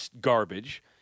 garbage